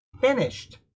finished